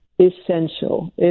essential